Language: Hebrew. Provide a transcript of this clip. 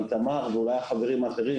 איתמר ואולי החברים האחרים.